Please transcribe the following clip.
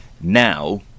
Now